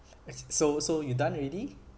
so so you done already